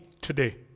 today